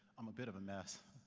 i'm a bit of a mess,